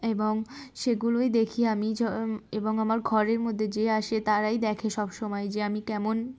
এবং সেগুলোই দেখি আমি এবং আমার ঘরের মধ্যে যে আসে তারাই দেখে সব সমময় যে আমি কেমন